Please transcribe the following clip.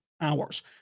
hours